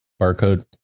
barcode